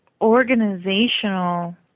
organizational